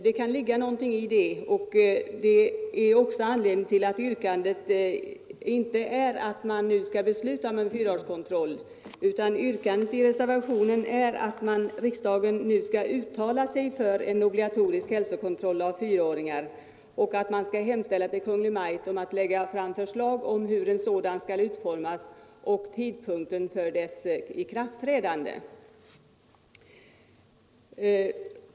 Det kan ligga någonting i det, och detta är också anledningen till att yrkandet i reservationen inte är att man nu skall besluta om en fyraårskontroll. I reservationen yrkas endast att riksdagen nu skall uttala sig för en obligatorisk hälsokontroll av fyraåringar och att man skall hemställa hos Kungl. Maj:t om framläggande av förslag om hur en sådan kontroll skall utformas samt tidpunkten för dess ikraftträdande.